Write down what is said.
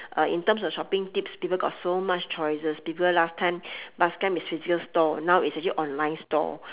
uh in terms of shopping tips people got so much choices people last time last time is physical store now is actually online store